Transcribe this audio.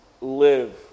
live